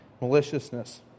maliciousness